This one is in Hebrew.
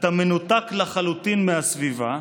אתה מנותק לחלוטין מהסביבה,